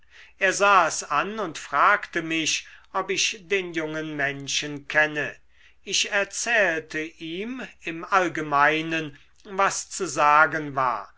er sah es an und fragte mich ob ich den jungen menschen kenne ich erzählte ihm im allgemeinen was zu sagen war